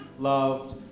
loved